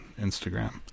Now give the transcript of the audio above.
Instagram